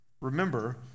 Remember